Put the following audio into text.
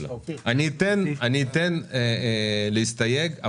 אתן להסתייג,